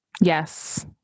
Yes